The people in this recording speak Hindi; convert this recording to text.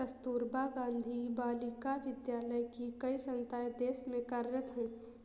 कस्तूरबा गाँधी बालिका विद्यालय की कई संस्थाएं देश में कार्यरत हैं